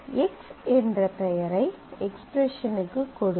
P x என்ற பெயரை எக்ஸ்பிரஸனுக்குக் கொடுக்கும்